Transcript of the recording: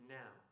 now